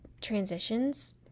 transitions